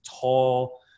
tall